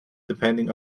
depending